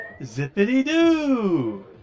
Zippity-doo